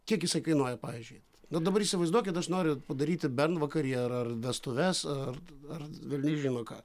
kiek jisai kainuoja pavyzdžiui nu dabar įsivaizduokit aš noriu padaryti bernvakarį ar ar vestuves ar ar velniai žino ką